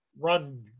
run